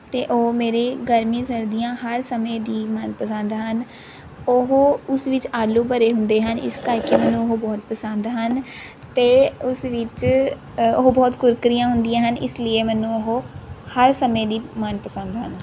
ਅਤੇ ਉਹ ਮੇਰੇ ਗਰਮੀ ਸਰਦੀਆਂ ਹਰ ਸਮੇਂ ਦੀ ਮਨਪਸੰਦ ਹਨ ਉਹ ਉਸ ਵਿੱਚ ਆਲੂ ਭਰੇ ਹੁੰਦੇ ਹਨ ਇਸ ਕਰਕੇ ਮੈਨੂੰ ਉਹ ਬਹੁਤ ਪਸੰਦ ਹਨ ਅਤੇ ਉਸ ਵਿੱਚ ਉਹ ਬਹੁਤ ਕੁਰਕਰੀਆਂ ਹੁੰਦੀਆਂ ਹਨ ਇਸ ਲਈ ਮੈਨੂੰ ਉਹ ਹਰ ਸਮੇਂ ਦੀ ਮਨਪਸੰਦ ਹਨ